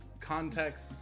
context